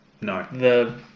No